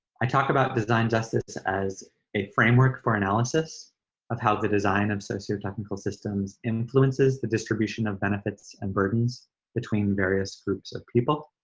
i talk about design justice as a framework for analysis of how the design of sociotechnical systems influences the distribution of benefits and burdens between various groups of people.